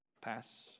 pass